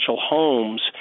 homes